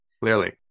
clearly